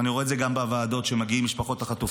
ואני רואה את זה גם בוועדות שאליהן מגיעים משפחות החטופים.